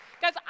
Guys